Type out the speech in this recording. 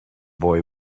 boy